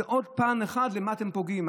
זה עוד פן אחד שבו אתם פוגעים.